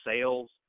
sales